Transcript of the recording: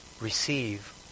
receive